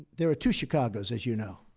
there are two chicagos, as you know.